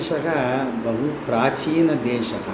सः बहु प्राचीनदेशः